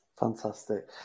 Fantastic